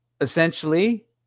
Essentially